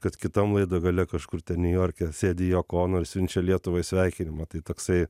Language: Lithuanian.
kad kitam laido gale kažkur ten niujorke sėdi joko ono ir siunčia lietuvai sveikinimą tai toksai